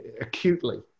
acutely